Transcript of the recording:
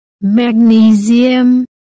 magnesium